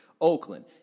Oakland